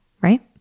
right